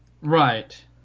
right